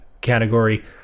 category